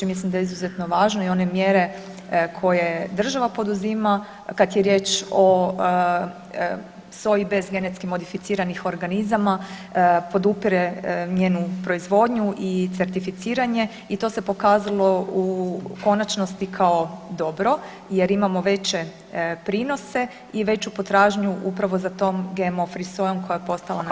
Mislim da je izuzetno važno i one mjere koje država poduzima kad je riječ o soji bez genetski modificiranih organizama podupire njenu proizvodnju i certificiranje i to se pokazalo u konačnosti kao dobro jer imamo veće prinose i veću potražnju upravo za tom GMO free sojom koja je postala naš brend.